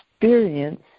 experience